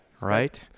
Right